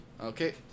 Okay